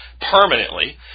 permanently